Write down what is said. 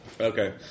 Okay